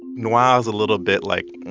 noir is a little bit, like,